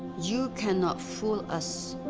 you cannot fool us,